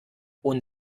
und